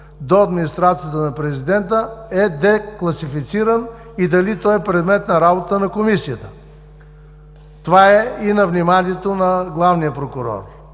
до администрацията на президента, е декласифициран и дали той е предмет на работа на Комисията? Това е и на вниманието на главния прокурор.